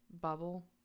bubble